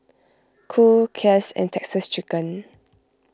Cool Kiehl's and Texas Chicken